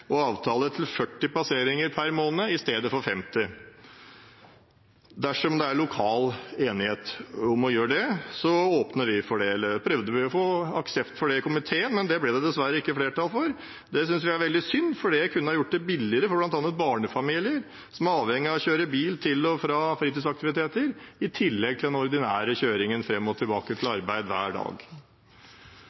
og avtale til 40 passeringer per måned, i stedet for 50, dersom det er lokal enighet om å gjøre det. Det prøvde vi å få aksept i komiteen for å åpne for, men det ble det dessverre ikke flertall for. Det synes vi er veldig synd, for det kunne ha gjort det billigere for bl.a. barnefamilier, som er avhengige av å kjøre bil til og fra fritidsaktiviteter i tillegg til den ordinære kjøringen fram og tilbake til arbeid hver dag.